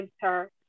center